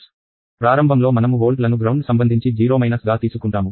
ప్రారంభంలో మనము వోల్ట్లను గ్రౌండ్ సంబంధించి 0 గా తీసుకుంటాము